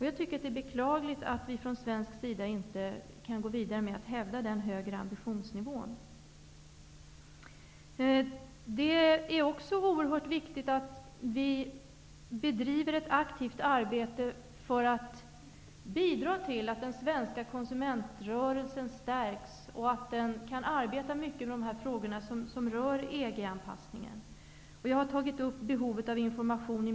Jag menar att det är beklagligt att vi från svensk sida inte kan gå vidare med att hävda den högre ambitionsnivån. Det är också oerhört viktigt att vi bedriver ett aktivt arbete för att bidra till att den svenska konsumentrörelsen stärks och att den i hög grad kan syssla med de frågor som rör EG anpassningen. Jag har i min motion tagit upp behovet av information.